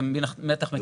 אתם בטח מכירים.